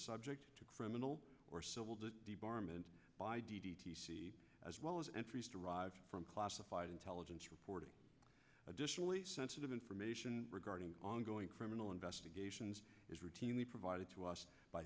subject to criminal or civil to the barman as well as entries derived from classified intelligence reporting additionally sensitive information regarding ongoing criminal investigations is routinely provided to us by